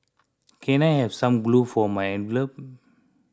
can I have some glue for my envelopes